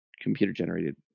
computer-generated